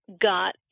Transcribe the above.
got